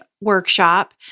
workshop